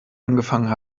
angefangen